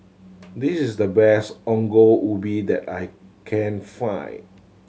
this is the best Ongol Ubi that I can find